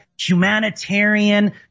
humanitarian